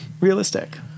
realistic